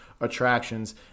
attractions